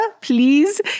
please